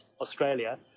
Australia